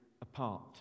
apart